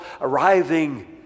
arriving